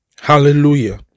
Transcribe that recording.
hallelujah